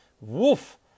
Woof